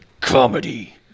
comedy